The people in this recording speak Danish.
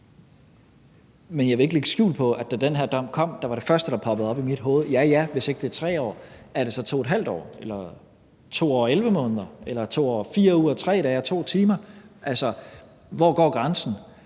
Men jeg vil ikke lægge skjul på, at da den her dom kom, var det første, der poppede op i mit hoved, at hvis det ikke er 3 år, er det så 2½ år eller 2 år og 11 måneder eller 2 år og 4 uger og 3 dage og 2 timer? Altså, hvor går grænsen?